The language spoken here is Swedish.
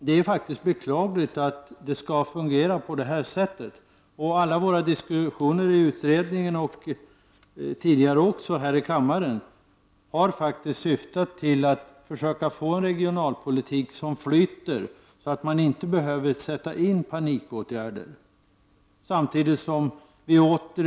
Det är faktiskt beklagligt att det skall fungera på det sättet, Alla våra diskussioner i utredningen och i kammaren har faktiskt syftat till att vi skall försöka få till stånd en regionalpolitik som så att säga flyter, så att panikåtgärder inte behöver vidtas.